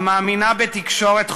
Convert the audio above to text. המאמינה בתקשורת חופשית.